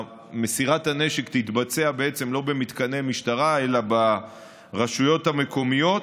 מסירת הנשק תתבצע לא במתקני משטרה אלא ברשויות המקומיות,